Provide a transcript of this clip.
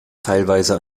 teilweise